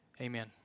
Amen